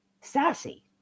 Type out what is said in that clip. sassy